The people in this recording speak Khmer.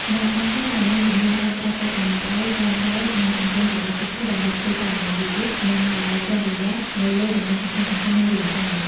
អ្នកម៉ាស្សាដែលមានជំនាញបានប្រើប្រាស់កម្លាំងដៃ កែងដៃនិងជង្គង់របស់ពួកគេដើម្បីធ្វើចលនាយឺតៗ និងដោយប្រុងប្រយ័ត្ននៅលើតំបន់សំខាន់ៗនៃរាងកាយ។